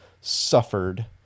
suffered